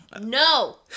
No